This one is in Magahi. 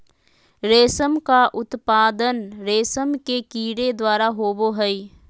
रेशम का उत्पादन रेशम के कीड़े द्वारा होबो हइ